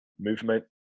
Movement